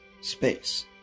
space